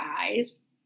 eyes